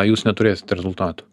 jūs neturėsite rezultatų